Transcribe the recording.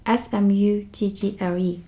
smuggle